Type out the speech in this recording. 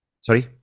Sorry